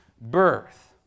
birth